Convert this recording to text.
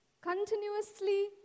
continuously